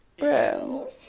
bro